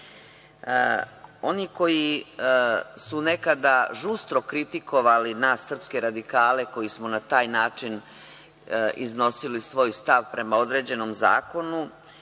Oni koji su nekada žustro kritikovali nas, srpske radikale koji smo na taj način iznosili svoj stav prema određenom zakonu,